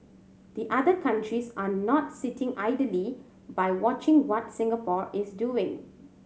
the other countries are not sitting idly by watching what Singapore is doing